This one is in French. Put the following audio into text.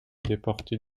déportés